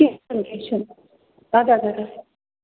کیٚنٛہہ چھُنہٕ کیٚنٛہہ چھُنہٕ اَدٕ حظ اَدٕ حظ